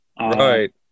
Right